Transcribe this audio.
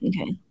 Okay